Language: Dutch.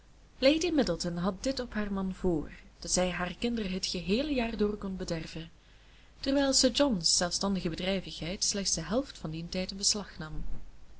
lady middleton had dit op haar man vr dat zij hare kinderen het geheele jaar door kon bederven terwijl sir john's zelfstandige bedrijvigheid slechts de helft van dien tijd in beslag nam